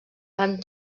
fan